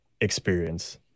experience